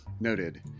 Noted